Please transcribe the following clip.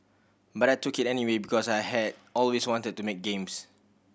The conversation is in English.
but I took it anyway because I had always wanted to make games